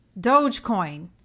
Dogecoin